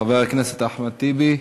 חבר הכנסת אחמד טיבי,